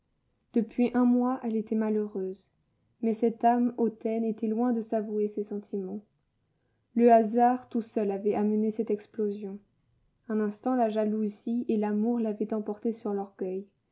depuis un mois elle était malheureuse mais cette âme hautaine était loin de s'avouer ses sentiments le hasard tout seul avait amené cette explosion un instant la jalousie et l'amour l'avaient emporté sur l'orgueil